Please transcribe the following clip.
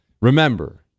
remember